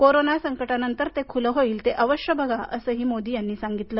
corona संकटानंतर ते खुलं होईल ते अवश्य बघा असं मोदी यांनी सांगितलं